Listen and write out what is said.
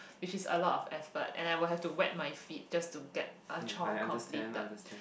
which is a lot of effort and I will have to wet my feet just to get a chore completed